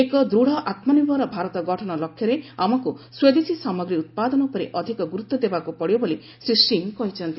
ଏକ ଦୃଢ଼ ଆତ୍ମନିର୍ଭର ଭାରତ ଗଠନ ଲକ୍ଷ୍ୟରେ ଆମକୁ ସ୍ୱଦେଶୀ ସାମଗ୍ରୀ ଉତ୍ପାଦନ ଉପରେ ଅଧିକ ଗୁରୁତ୍ୱ ଦେବାକୁ ପଡ଼ିବ ବୋଲି ଶ୍ରୀ ସିଂହ କହିଛନ୍ତି